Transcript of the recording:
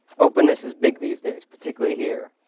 openness is big these days, particularly here.